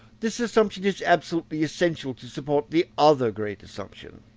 this assumption is absolutely essential to support the other great assumption,